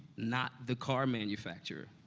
not the car manufacturer.